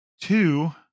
two